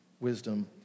wisdom